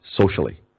socially